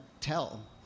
tell